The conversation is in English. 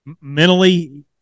mentally